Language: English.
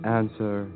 answer